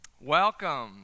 Welcome